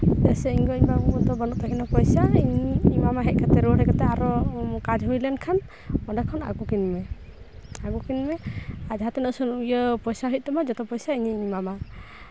ᱪᱮᱫᱟᱜ ᱥᱮ ᱤᱧᱜᱚ ᱤᱧ ᱵᱟᱵᱟ ᱫᱚ ᱵᱟᱹᱱᱩᱜ ᱛᱟᱹᱠᱤᱱᱟ ᱯᱚᱭᱥᱟ ᱤᱧ ᱮᱢᱟᱢᱟ ᱦᱮᱡ ᱠᱟᱛᱮᱫ ᱨᱩᱣᱟᱹᱲ ᱦᱮᱡ ᱠᱟᱛᱮᱫ ᱟᱨᱚ ᱠᱟᱡᱽ ᱦᱩᱭ ᱞᱮᱱᱠᱷᱟᱱ ᱚᱸᱰᱮ ᱠᱷᱚᱱ ᱟᱹᱜᱩ ᱠᱤᱱᱢᱮ ᱟᱹᱜᱩ ᱠᱤᱱᱢᱮ ᱟᱨ ᱡᱟᱦᱟᱸ ᱛᱤᱱᱟᱹᱜ ᱥᱩᱱᱩᱢ ᱤᱭᱟᱹ ᱯᱚᱭᱥᱟ ᱦᱩᱭᱩᱜ ᱛᱟᱢᱟ ᱡᱚᱛᱚ ᱯᱚᱭᱥᱟ ᱤᱧᱤᱧ ᱮᱢᱟᱢᱟ